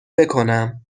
بکنم